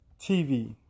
TV